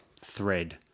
thread